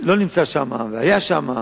לא נמצא שם, היה שם,